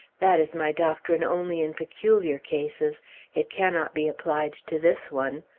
that is my doctrine only in peculiar cases it cannot be applied to this one.